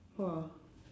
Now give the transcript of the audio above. !wah!